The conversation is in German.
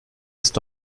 ist